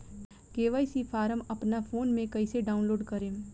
KYC form अपना phone मे कइसे डाऊनलोड करेम?